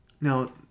Now